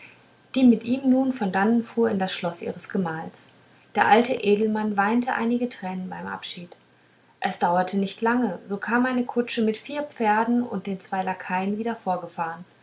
die mit ihm nun von dannen fuhr in das schloß ihres gemahls der alte edelmann weinte einige tränen beim abschied es dauerte nicht lange so kam eine kutsche mit vier pferden und den zwei lakaien wieder vorgefahren